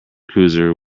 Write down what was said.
cruiser